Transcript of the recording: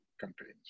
campaigns